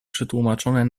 przetłumaczone